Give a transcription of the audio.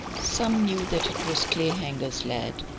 some knew that it was clayhanger's lad,